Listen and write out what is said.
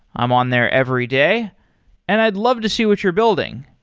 i'm on there every day and i'd love to see what you're building.